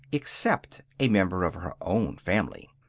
except a member of her own family.